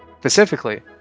Specifically